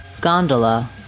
Gondola